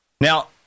Now